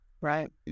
right